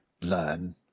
learn